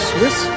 Swiss